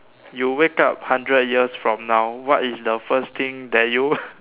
you wake up hundred years from now what is the first thing that you